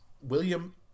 William